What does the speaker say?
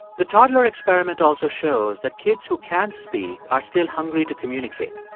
the toddler experiment also shows that kids who can't speak are still hungry to communicate.